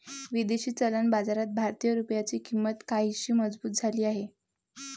विदेशी चलन बाजारात भारतीय रुपयाची किंमत काहीशी मजबूत झाली आहे